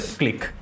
click